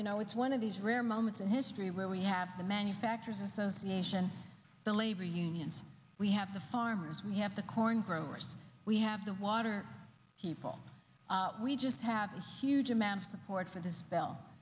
you know it's one of these rare moments in history where we have the manufacturers association the labor unions we have the farmers we have the corn growers we have the water people we just have a huge amount of support for this spell